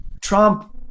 Trump